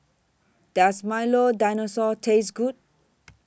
Does Milo Dinosaur Taste Good